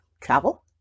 travel